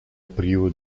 privo